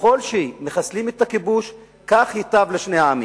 ככל שמחסלים את הכיבוש, כך ייטב לשני העמים.